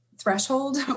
threshold